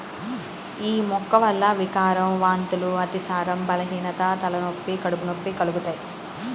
యీ మొక్క వల్ల వికారం, వాంతులు, అతిసారం, బలహీనత, తలనొప్పి, కడుపు నొప్పి కలుగుతయ్